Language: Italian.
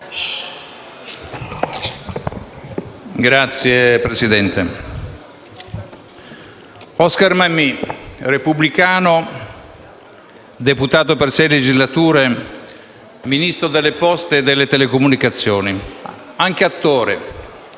Oscar Mammì, repubblicano, deputato per sei legislature, Ministro delle poste e delle telecomunicazioni, anche attore: